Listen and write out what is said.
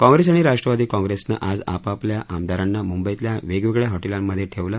काँग्रेस आणि राष्ट्रवादी कॉग्रेसनं आज आपल्या आमदारांना मुंबईतल्या वेगवेगळ्या हॉं जिांमधे हलवलं